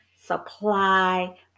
Supply